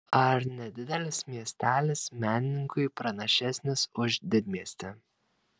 ar nedidelis miestelis menininkui pranašesnis už didmiestį